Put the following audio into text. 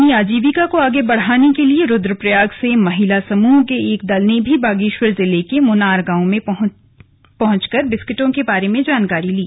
अपनी आजीविका को आगे बढ़ाने के लिए रूद्रप्रयाग से महिला समूह के एक दल ने भी बागेश्वर जिले के मुनार गांव में जाकर मंडुवे के बिस्कुटों के बारे में जानकारी ली